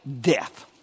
death